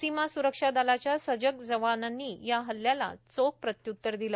सीमा स्रक्षा दलाच्या सजग जवानांनी या हल्ल्याला चोख प्रत्य्तर दिलं